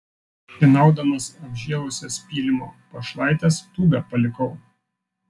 šienaudamas apžėlusias pylimo pašlaites tūbę palikau